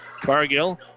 Cargill